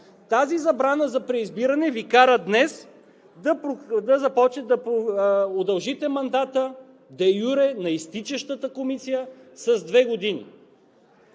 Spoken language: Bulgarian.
Тази забрана за преизбиране Ви кара днес да удължите мандата де юре на изтичащата комисия с две години.